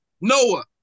Noah